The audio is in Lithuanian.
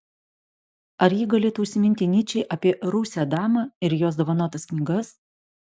ar ji galėtų užsiminti nyčei apie rusę damą ir jos dovanotas knygas